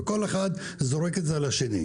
כל אחד זורק את זה על השני.